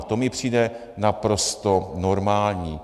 To mi přijde naprosto normální.